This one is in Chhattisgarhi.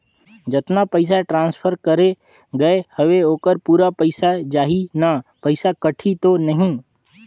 जतना पइसा ट्रांसफर करे गये हवे ओकर पूरा जाही न पइसा कटही तो नहीं?